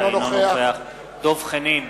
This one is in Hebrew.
אינו נוכח דב חנין,